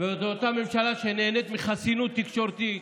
זאת אותה ממשלה שנהנית מחסינות תקשורתית.